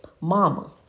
mama